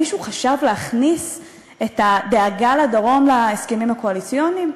מישהו חשב להכניס את הדאגה לדרום להסכמים הקואליציוניים?